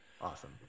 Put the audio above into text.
Awesome